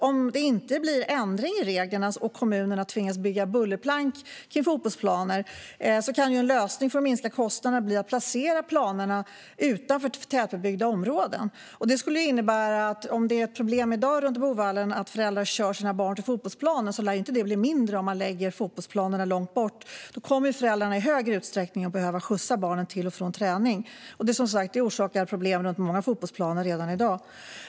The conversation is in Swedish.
Om det inte blir ändring i reglerna och kommunerna tvingas att bygga bullerplank kring fotbollsplaner kan ju en lösning för att minska kostnaderna bli att placera planerna utanför tätbebyggda områden. Om det är ett problem vid Boovallen i dag att föräldrar kör sina barn till fotbollsplanen lär ju inte problemet bli mindre om man placerar fotbollsplanerna långt bort. Då kommer föräldrarna att i större utsträckning behöva skjutsa barnen till och från träning. Det orsakar, som sagt, problem runt många fotbollsplaner redan i dag.